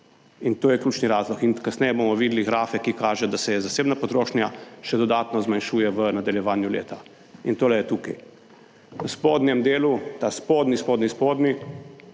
In to je ključni razlog in kasneje bomo videli grafe, ki kaže, da se je zasebna potrošnja še dodatno zmanjšuje v nadaljevanju leta in to je tukaj v spodnjem delu, ta spodnji, spodnji, spodnji